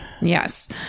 Yes